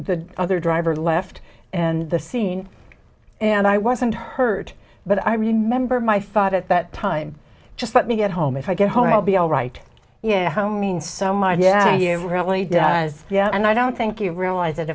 the other driver left and the scene and i wasn't hurt but i remember my thought at that time just let me get home if i get home i'll be all right you know how mean so much yeah it really does yeah and i don't think you realize